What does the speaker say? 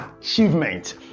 achievement